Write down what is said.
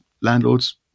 landlords